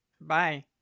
Bye